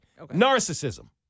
Narcissism